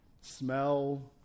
smell